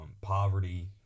poverty